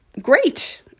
great